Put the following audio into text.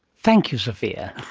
thank you zofia.